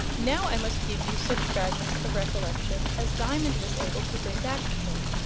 now i must give you such fragments of recollection as diamond was able to bring back with him.